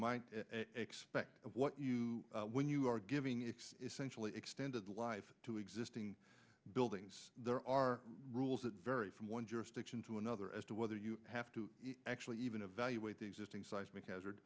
might expect what you when you are giving ix essentially extended life to existing buildings there are rules that vary from one jurisdiction to another as to whether you have to actually even evaluate the existing seismic hazard